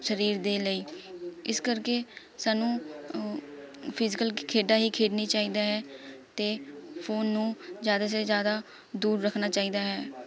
ਸ਼ਰੀਰ ਦੇ ਲਈ ਇਸ ਕਰਕੇ ਸਾਨੂੰ ਫਿਜ਼ੀਕਲ ਖੇਡਾਂ ਹੀ ਖੇਡਣੀ ਚਾਹੀਦਾ ਹੈ ਅਤੇ ਫ਼ੋਨ ਨੂੰ ਜ਼ਿਆਦਾ ਸੇ ਜ਼ਿਆਦਾ ਦੂਰ ਰੱਖਨਾ ਚਾਹੀਦਾ ਹੈ